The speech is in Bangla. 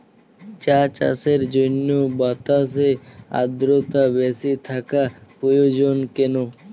চা চাষের জন্য বাতাসে আর্দ্রতা বেশি থাকা প্রয়োজন কেন?